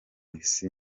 isi